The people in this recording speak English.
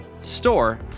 Store